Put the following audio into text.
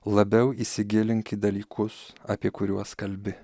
labiau įsigilink į dalykus apie kuriuos kalbi